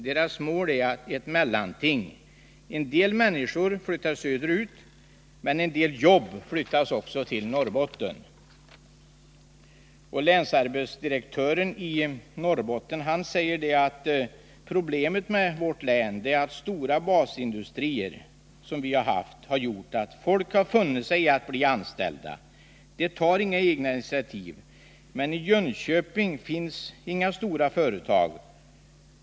Deras mål är ett mellanting: en del människor flyttar söderut, men en del jobb flyttas också till Norrbotten. Länsarbetsdirektören i Norrbottens län, Henry Sääf, säger: Problemet med vårt län är att de stora basindustrierna, som vi har haft, har gjort att folk har funnit sig i att bli anställda. De tar inga egna initiativ. Men i Jönköping finns inga storföretag.